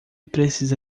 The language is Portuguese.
precisa